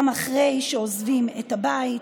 גם אחרי שעוזבים את הבית,